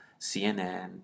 CNN